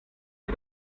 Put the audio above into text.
ihr